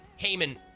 Heyman